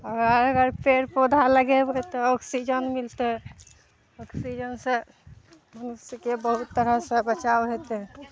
आओर अगर पेड़ पौधा लगेबय तऽ ऑक्सीजन मिलतय ऑक्सीजनसँ हमसबके बहुत तरहसँ बचाव हेतय